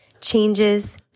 changes